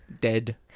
Dead